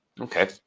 Okay